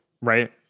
right